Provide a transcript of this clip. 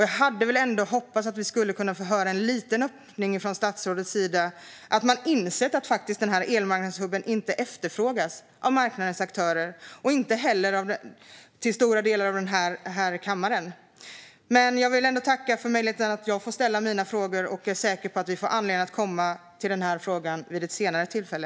Jag hade väl ändå hoppats att vi skulle kunna få höra en liten öppning från statsrådets sida och att man insett att elmarknadshubben inte efterfrågas av marknadens aktörer och inte heller av stora delar av denna kammare. Men jag vill ändå tacka för möjligheten att ställa mina frågor. Jag är säker på att vi får anledning att återkomma till den här frågan vid ett senare tillfälle.